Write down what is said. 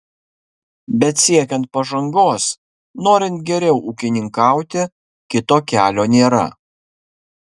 bet siekiant pažangos norint geriau ūkininkauti kito kelio nėra